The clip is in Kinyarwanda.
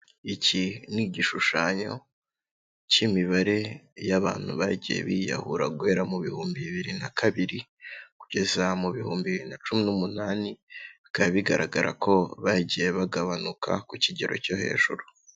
Iki ni igishushanyo k'imibare y'abantu bagiye biyahura guhera mu bihumbi bibiri na kabiri kugeza mu bihumbi bibiri na cumi n'umunani, bikaba bigaragara ko bagiye bagabanuka ku kigero cyo hejuru.